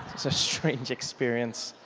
it's a strange experience.